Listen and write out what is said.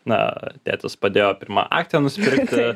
na tėtis padėjo pirmą akciją nusipirkti